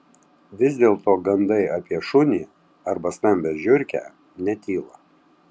vis dėlto gandai apie šunį arba stambią žiurkę netyla